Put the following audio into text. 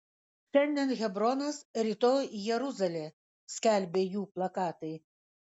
šiandien hebronas rytoj jeruzalė skelbė jų plakatai